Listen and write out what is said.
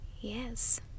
yes